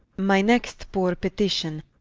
my next poore petition,